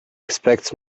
expects